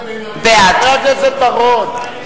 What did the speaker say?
בעד חבר הכנסת בר-און.